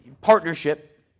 partnership